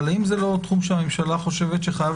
אבל האם זה לא תחום שהממשלה חושבת שחייב